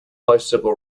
bicycle